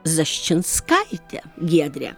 zaščinskaitė giedrė